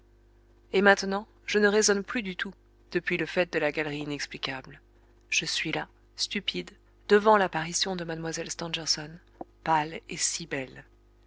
et maintenant je ne raisonne plus du tout depuis le fait de la galerie inexplicable je suis là stupide devant l'apparition de mlle stangerson pâle et si belle